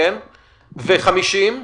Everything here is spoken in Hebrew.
ו-50?